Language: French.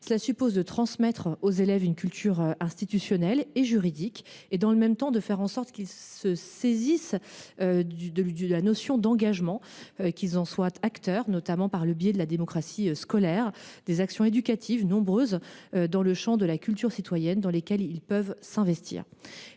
Cela suppose de transmettre aux élèves une culture institutionnelle et juridique et, dans le même temps, de faire en sorte qu’ils saisissent le sens de l’engagement, qu’ils en soient acteurs, notamment par le biais de la démocratie scolaire et des actions éducatives – nombreuses – dans le champ de la culture citoyenne dans lesquelles ils peuvent s’investir.